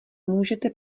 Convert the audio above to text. můžete